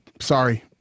sorry